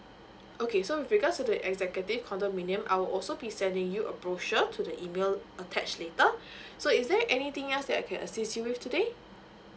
okay so with regards to the executive condominium I will also be sending you a brochure to the email attach later so is there anything else that I can assist you with today